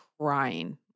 crying